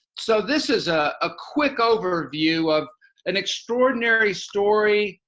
so this is a ah quick overview of an extraordinary story,